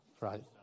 Right